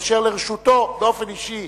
אשר לרשותו באופן אישי